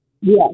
Yes